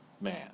man